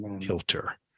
kilter